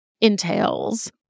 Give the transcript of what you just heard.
entails